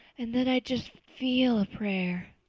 and then i'd just feel a prayer.